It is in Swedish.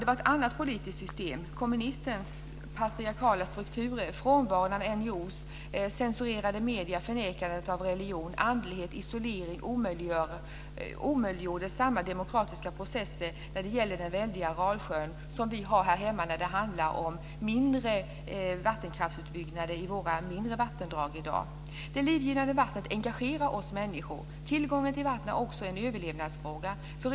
Det var ett annat politiskt system - kommunismen, patriarkala strukturer, frånvaron av NGO:er, censurerade medier, förnekandet av religion och andlighet, isolering som omöjliggjorde samma demokratiska process när det gällde den väldiga Aralsjön som vi har här hemma när det handlar om mindre vattenkraftsutbyggnader i våra mindre vattendrag. Den livgivande debatten engagerar oss människor. Tillgången på vatten är också en överlevnadsfråga.